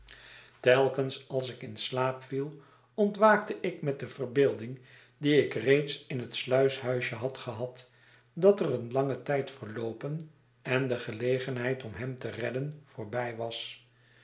telkens als ik in slaap ariel ontwaakte ik met de verbeelding die ik reeds in het sluishuisje had gehad dat er een lange tijd verloopen en de geiegenheid om hem te redden voorbij was